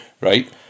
right